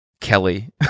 Kelly